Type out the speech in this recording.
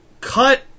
cut